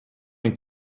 den